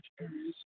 areas